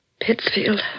Pittsfield